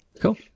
Cool